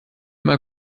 mal